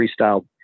freestyle